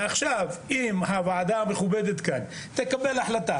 אם הוועדה המכובדת כאן תקבל החלטה